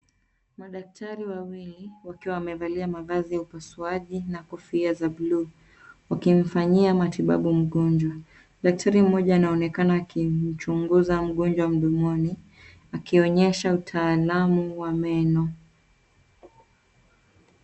Madaktari wawili, wakiwa wamevalia mavazi ya upasuaji na kofia za buluu , wakimfanyia matibabu mgonjwa. Daktari mmoja anaonekana akimchunguza mgonjwa mdomoni , akionyesha utaalamu wa meno .